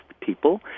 people